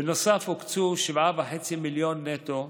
בנוסף, הוקצו 7.5 מיליון נטו,